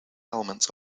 elements